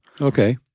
Okay